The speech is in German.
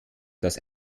das